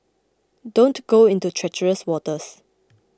don't go into treacherous waters